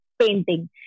painting